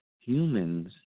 humans